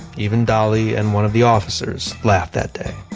even dolly and one of the officers laughed that day.